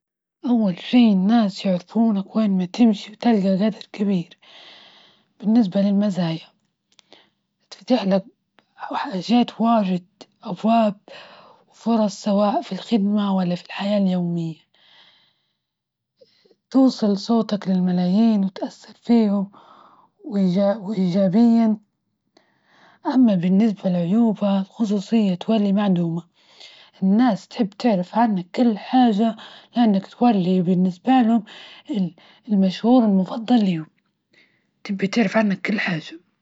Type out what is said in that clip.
أول شي الناس يعرفونك وين ما تمشي وتلقى قدر كبير، بالنسبة للمزايا تتفتحلك حاجات واجد أبواب فرص، سواء في الخدمة ولا في الحياة اليومية، توصل صوتك للملايين وتأثر فيهم وإيجابيا، أما بالنسبة لعيوبها خصوصية ولي معدومة، الناس تحب تعرف عنك كل حاجة إنك تولي بالنسبة لهم ال-المشهور المفضل لهم، تبي تعرف عنك كل حاجة.